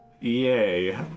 Yay